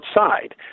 outside